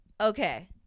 Okay